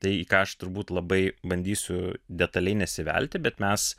tai ką aš turbūt labai bandysiu detaliai nesivelti bet mes